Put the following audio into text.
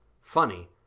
Funny